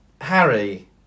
Harry